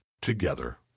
together